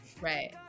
Right